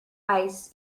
ice